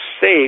safe